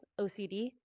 OCD